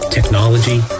Technology